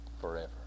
forever